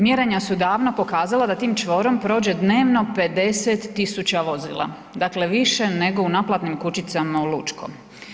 Mjerenja su davno pokazala da tim čvorom prođe dnevno 50 000 vozila, dakle više nego u naplatnim kućicama u Lučkom.